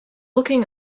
looking